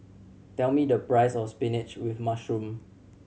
tell me the price of spinach with mushroom